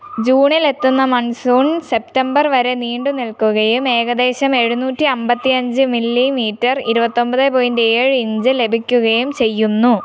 ജൂണിൽ എത്തുന്ന monsoon September വരെ നീണ്ടു നിൽക്കുകയും ഏകദേശം എഴുനൂറ്റി അമ്പത്തിയഞ്ച് മില്ലിമീറ്റർ ഇരുപത്തൊമ്പത് പോയിൻറ് ഏഴ് ഇഞ്ച് ലഭിക്കുകയും ചെയ്യുന്നു